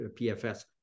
pfs